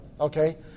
Okay